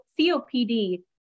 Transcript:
COPD